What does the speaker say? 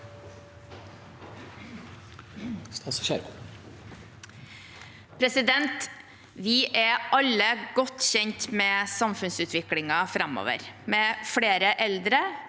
Vi er alle godt kjent med samfunnsutviklingen framover, med flere eldre